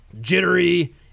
jittery